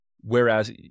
Whereas